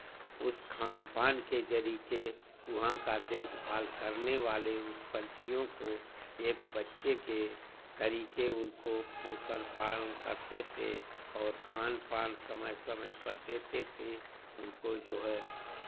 उस खान पान के जरीके वहाँ का देखभाल करने वाले उस पंछियों को एक बच्चे के तरीके उनको पोषण पालन करते थे और खान पान समय समय पर देते थे उनको जो है